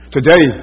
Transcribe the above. Today